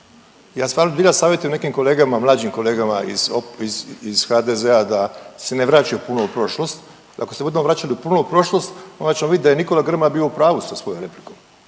Ja stvarno zbilja savjetujem nekim kolegama, mlađim kolegama iz HDZ-a da se ne vraćaju puno u prošlost, ako se budemo vraćali puno u prošlost onda ćemo vidjeti da je Nikola Grmoja bio u pravu sa svojom replikom,